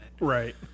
Right